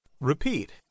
Repeat